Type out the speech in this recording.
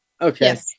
Okay